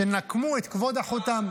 שנקמו את כבוד אחותם.